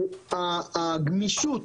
הגמישות,